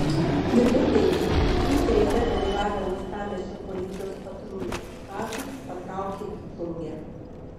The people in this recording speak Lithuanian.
vidurdienį trys reide dalyvavę uostamiesčio policijos patrulių ekipažai patraukė į plungę